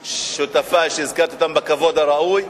שותפי, שהזכרתי אותם בכבוד הראוי,